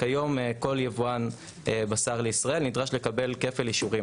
כיום כל יבואן בשר לישראל נדרש לקבל כפל אישורים,